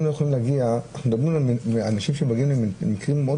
יוכלו להגיע ואנשים שמגיעים זה במקרים מאוד